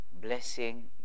blessing